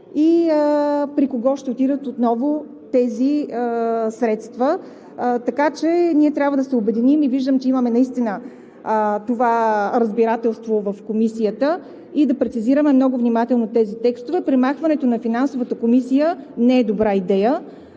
и при кого ще отидат. Така че ние трябва да се обединим, и виждам, че имаме наистина това разбирателство в Комисията, и да прецизираме много внимателно тези текстове. Премахването на Финансовата комисия не е добра идея